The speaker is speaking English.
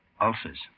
Ulcers